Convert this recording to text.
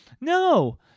No